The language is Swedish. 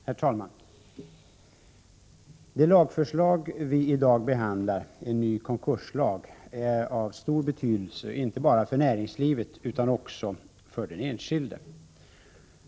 Herr talman! Det förslag till ny konkurslag som vi i dag behandlar är av stor betydelse inte bara för näringslivet utan också för den enskilde.